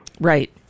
Right